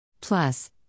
Plus